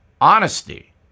Honesty